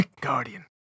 Guardian